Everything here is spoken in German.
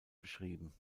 beschrieben